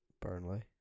Burnley